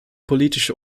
politische